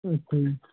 ਅੱਛਾ ਜੀ